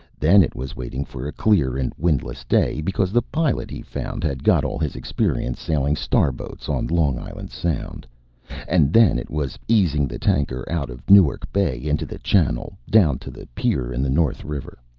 then it was waiting for a clear and windless day because the pilot he found had got all his experience sailing star boats on long island sound and then it was easing the tanker out of newark bay, into the channel, down to the pier in the north river